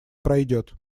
пройдет